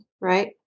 right